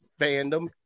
fandom